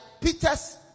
Peter's